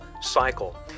cycle